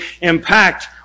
impact